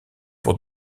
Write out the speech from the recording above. pour